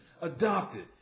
adopted